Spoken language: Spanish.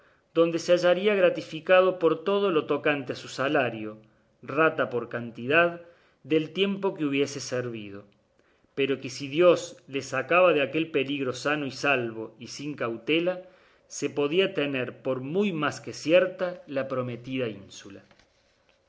donde se hallaría gratificado de todo lo tocante a su salario rata por cantidad del tiempo que hubiese servido pero que si dios le sacaba de aquel peligro sano y salvo y sin cautela se podía tener por muy más que cierta la prometida ínsula